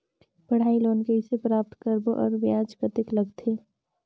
पढ़ाई लोन कइसे प्राप्त करबो अउ ब्याज कतेक लगथे?